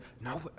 No